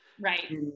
right